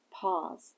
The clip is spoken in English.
Pause